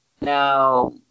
Now